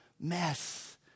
mess